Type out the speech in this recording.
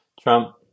Trump